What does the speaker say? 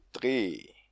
three